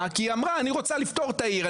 כי היא אמרה שהיא רוצה לפטור את העיר,